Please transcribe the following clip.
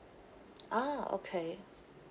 ah okay